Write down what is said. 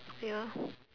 ya